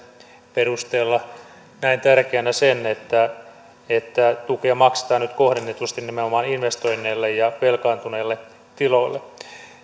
perusteella näen tärkeänä sen että että tukea maksetaan nyt kohdennetusti nimenomaan investoineille ja velkaantuneille tiloille